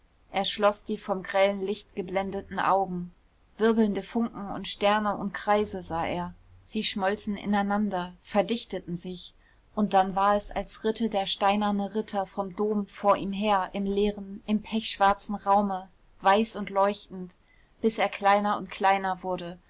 er schloß die vom grellen licht geblendeten augen wirbelnde funken und sterne und kreise sah er sie schmolzen ineinander verdichteten sich und dann war es als ritte der steinerne ritter vom dom vor ihm her im leeren im pechschwarzen raume weiß und leuchtend bis er kleiner und kleiner wurde